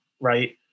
right